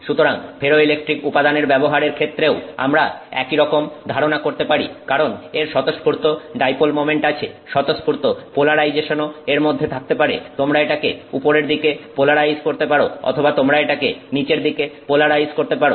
সুতরাং ফেরোইলেকট্রিক উপাদানের ব্যবহারের ক্ষেত্রেও আমরা একই রকম ধারণা করতে পারি কারণ এর স্বতঃস্ফূর্ত ডাইপোল মোমেন্ট আছে স্বতঃস্ফূর্ত পোলারাইজেশনও এর মধ্যে থাকতে পারে তোমরা এটাকে উপরের দিকে পোলারাইজ করতে পারো অথবা তোমরা এটাকে নিচের দিকে পোলারাইজ করতে পারো